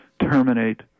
terminate